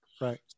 right